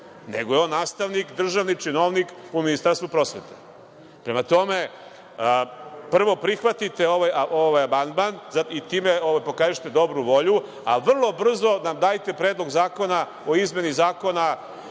nego je on nastavnik, državni činovnik u Ministarstvu prosvete. Prema tome, prvo prihvatite ovaj amandman i time pokažite dobru volju, a vrlo brzo nam dajte Predlog zakona o izmeni Zakona